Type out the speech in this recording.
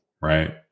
right